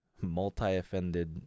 multi-offended